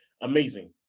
amazing